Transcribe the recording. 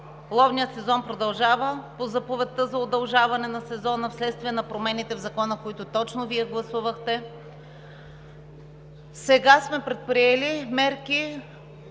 ловният сезон продължава по заповедта за удължаване на сезона вследствие на промените в Закона, които точно Вие гласувахте. Сега сме предприели мерки